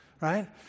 right